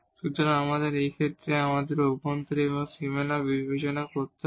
সুতরাং আমাদের এখন এই ক্ষেত্রে আমাদের ইনটিরিওর এবং বাউন্ডারি বিবেচনা করতে হবে